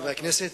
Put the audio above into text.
חברי הכנסת,